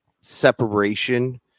separation